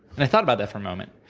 and i thought about that for a moment.